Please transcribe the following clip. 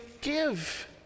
give